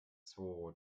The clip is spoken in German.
zwo